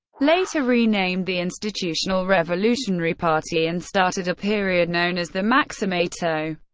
later renamed the institutional revolutionary party, and started a period known as the maximato,